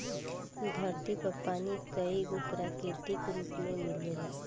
धरती पर पानी कईगो प्राकृतिक रूप में मिलेला